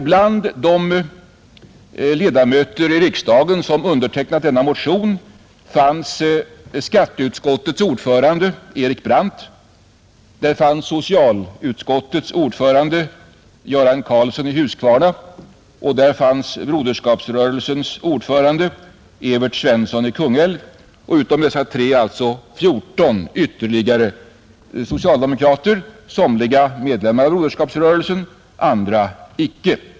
Bland de riksdagsledamöter som undertecknat den motionen återfanns skatteutskottets ordförande Erik Brandt, socialutskottets ordförande Göran Karlsson i Huskvarna och Broderskapsrörelsens ordförande Evert Svensson i Kungälv. Utom dessa tre hade alltså ytterligare 14 socialdemokrater undertecknat motionen, somliga medlemmar i Broderskapsrörelsen, andra inte.